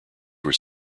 were